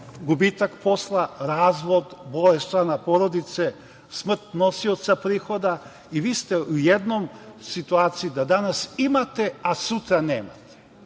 gubitak posla, razvod, bolest člana porodice, smrt nosioca prihoda i vi ste u jednoj situaciji da danas imate, a sutra nemate.